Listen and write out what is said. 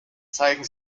zeigen